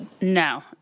No